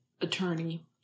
attorney